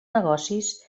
negocis